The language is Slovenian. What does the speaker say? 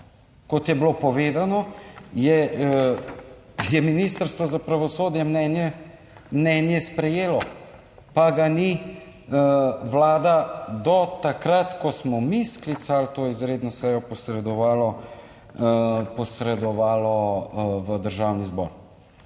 Kot je bilo povedano je, je Ministrstvo za pravosodje mnenje, mnenje sprejelo, pa ga ni Vlada do takrat, ko smo mi sklicali to izredno sejo, posredovalo v Državni zbor.